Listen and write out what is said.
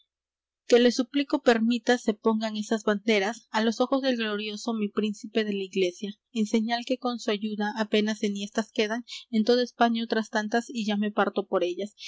que le suplico permita se pongan esas banderas á los ojos del glorioso mi príncipe de la iglesia en señal que con su ayuda apenas enhiestas quedan en toda españa otras tantas y ya me parto por ellas